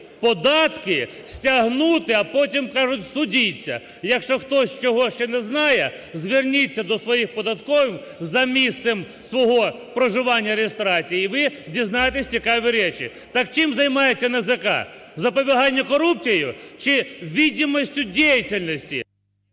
податки, стягнути, а потім кажуть: судіться. Якщо хтось цього ще не знає, зверніться своїх податкових за місцем свого проживання реєстрації, і ви дізнаєтесь цікаві речі. Так чим займається НАЗК? Запобіганням корупції чи видимостью деятельности?